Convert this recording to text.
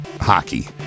hockey